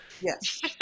Yes